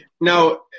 Now